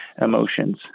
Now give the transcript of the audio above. emotions